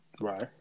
Right